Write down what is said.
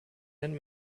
nennt